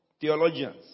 theologians